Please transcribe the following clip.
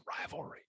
rivalry